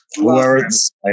Words